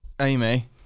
Amy